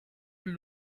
plus